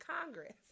Congress